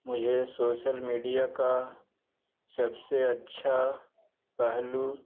مجھے social media کا سب سے اچھا پہلو